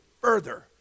further